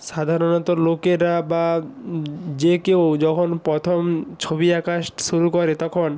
সাধারণত লোকেরা বা যে কেউ যখন প্রথম ছবি আঁকা শুরু করে তখন